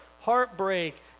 heartbreak